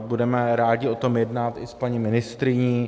Budeme rádi o tom jednat i s paní ministryní.